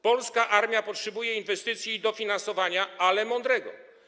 Polska armia potrzebuje inwestycji i dofinansowania, ale mądrego.